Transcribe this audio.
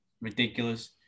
ridiculous